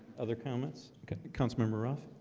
other comments councilmember ruff